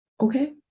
Okay